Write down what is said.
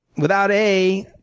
without a,